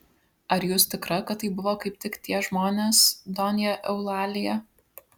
ar jūs tikra kad tai buvo kaip tik tie žmonės donja eulalija